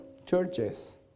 churches